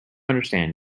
understand